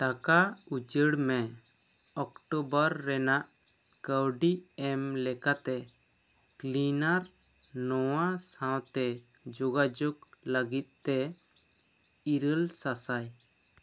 ᱴᱟᱠᱟ ᱩᱪᱟ ᱲ ᱢᱮ ᱚᱠᱴᱳᱵᱚᱨ ᱨᱮᱱᱟᱜ ᱠᱟ ᱣᱰᱤ ᱮᱢ ᱞᱮᱠᱟᱛᱮ ᱠᱞᱤᱱᱟᱨ ᱱᱚᱣᱟ ᱥᱟᱶᱛᱮ ᱡᱚᱜᱟᱡᱳᱜᱽ ᱞᱟ ᱜᱤᱫ ᱛᱮ ᱤᱨᱟ ᱞ ᱥᱟᱥᱟᱭ